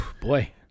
Boy